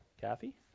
Kathy